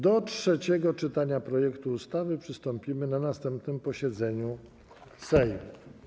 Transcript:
Do trzeciego czytania projektu ustawy przystąpimy na następnym posiedzeniu Sejmu.